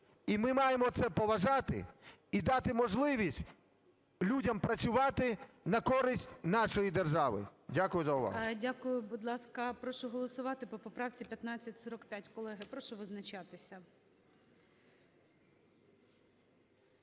І ми маємо це поважати і дати можливість людям працювати на користь нашої держави. Дякую за увагу. ГОЛОВУЮЧИЙ. Дякую. Будь ласка, прошу голосувати по поправці 1545. Колеги, я прошу визначатися.